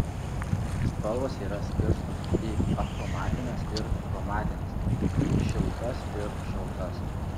spalvos yra skirstomos į achromatines ir chromatines į šiltas ir šaltas